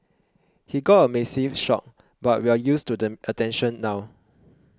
he got a massive shock but we're used to the attention now